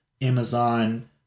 amazon